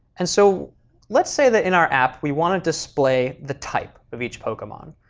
and so let's say that in our app we want to display the type of each pokemon.